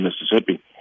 Mississippi